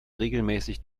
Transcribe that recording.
regelmäßig